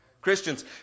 Christians